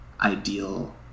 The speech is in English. ideal